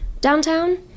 downtown